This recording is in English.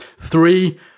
three